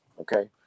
Okay